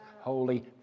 holy